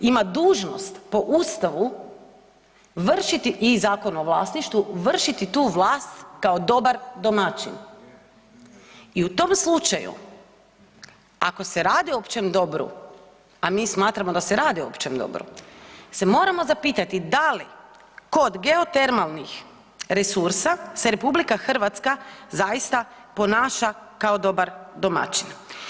Ima dužnost po Ustavu vršiti, i Zakon o vlasništvu, vršiti tu vlast kao dobar domaćin i u tom slučaju, ako se radi o općem dobru, a mi smatramo da se radi o općem dobru, se moramo zapitati da li kod geotermalnih resursa se RH zaista ponaša kao dobar domaćin.